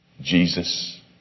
Jesus